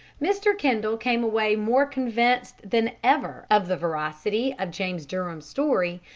mr. kendal came away more convinced than ever of the veracity of james durham's story,